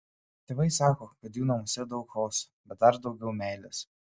tėvai sako kad jų namuose daug chaoso bet dar daugiau meilės